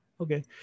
Okay